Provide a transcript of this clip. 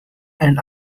and